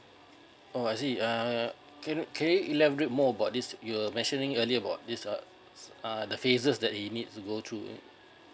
oh I see err can can you elaborate more about this you're mentioning earlier about this uh uh the phases that he need to go through